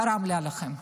חראם לי עליכם.